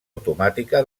automàtica